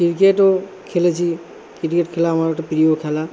ক্রিকেটও খেলেছি ক্রিকেট খেলা আমার একটা প্রিয় খেলা